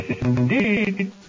Indeed